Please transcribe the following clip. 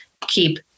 keep